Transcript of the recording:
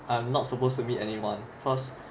I'm not supposed to be anyone cause